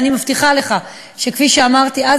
ואני מבטיחה לך שכפי שאמרתי אז,